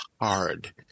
hard